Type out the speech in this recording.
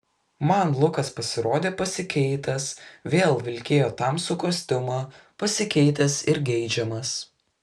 man lukas pasirodė pasikeitęs vėl vilkėjo tamsų kostiumą pasikeitęs ir geidžiamas